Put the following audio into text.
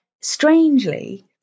strangely